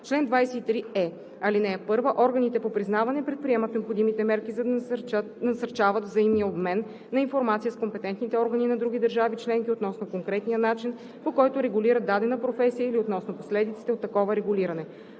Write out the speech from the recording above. Чл. 23е. (1) Органите по признаване предприемат необходимите мерки, за да насърчават взаимния обмен на информация с компетентните органи на други държави членки относно конкретния начин, по който регулират дадена професия, или относно последиците от такова регулиране.